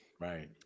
right